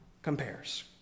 Compares